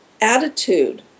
attitude